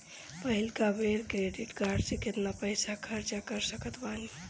पहिलका बेर credit card से केतना पईसा खर्चा कर सकत बानी?